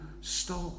stop